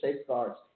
safeguards